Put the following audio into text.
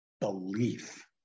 belief